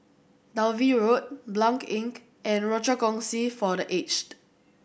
Dalvey Road Blanc Inn and Rochor Kongsi for The Aged